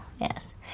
yes